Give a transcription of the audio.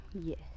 Yes